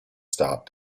start